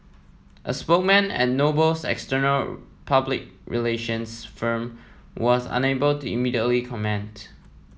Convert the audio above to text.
a spokesman at Noble's external public relations firm was unable to immediately comment